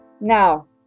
now